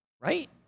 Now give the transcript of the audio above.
right